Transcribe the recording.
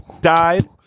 died